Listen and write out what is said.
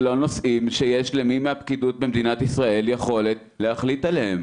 זה לא נושאים שיש למי מהפקידות במדינת ישראל יכולת להחליט עליהם.